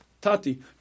Tati